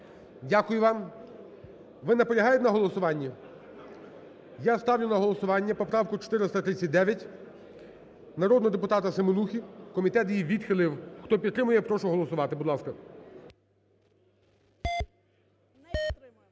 Дякую вам. Ви наполягаєте на голосуванні? Я ставлю на голосування поправку 439 народного депутата Семенухи. Комітет її відхилив. Хто підтримує, прошу голосувати, будь ласка. 17:42:59